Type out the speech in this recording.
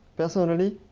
personally,